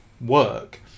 work